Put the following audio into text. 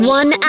one